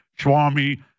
swami